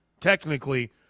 technically